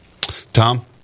Tom